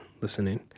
listening